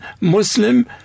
Muslim